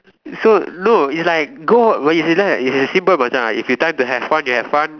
so no is like go when you realise it's simple Macha when it's time to have fun you have fun